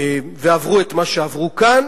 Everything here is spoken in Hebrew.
ועברו את מה שעברו כאן,